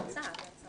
על כל ההצעה.